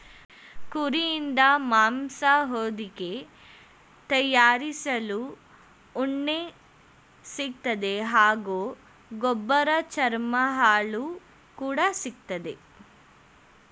ಕುರಿಯಿಂದ ಮಾಂಸ ಹೊದಿಕೆ ತಯಾರಿಸಲು ಉಣ್ಣೆ ಸಿಗ್ತದೆ ಹಾಗೂ ಗೊಬ್ಬರ ಚರ್ಮ ಹಾಲು ಕೂಡ ಸಿಕ್ತದೆ